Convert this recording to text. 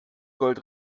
gold